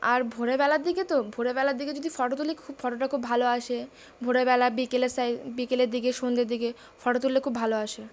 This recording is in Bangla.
আর ভোরবেলার দিকে তো ভোরবেলার দিকে যদি ফটো তুলি খুব ফটোটা খুব ভালো আসে ভোরবেলা বিকেলের সাই বিকেলের দিকে সন্ধের দিকে ফটো তুললে খুব ভালো আসে